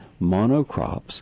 monocrops